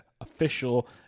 official